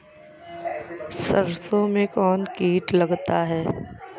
सरसों मे कौन कीट लगता हैं?